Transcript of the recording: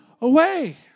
away